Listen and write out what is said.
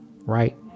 right